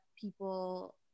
people